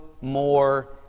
more